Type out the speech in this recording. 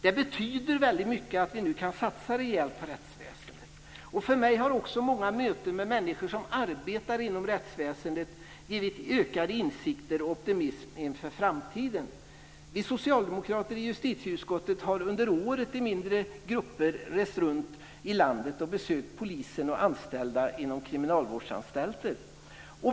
Det betyder väldigt mycket att vi nu kan satsa rejält på rättsväsendet. För mig har också många möten med människor som arbetar inom rättsväsendet gett ökade insikter och optimism inför framtiden. Vi socialdemokrater i justitieutskottet har under året i mindre grupper rest runt i landet och besökt poliser och anställda inom kriminalvårdsanstalter.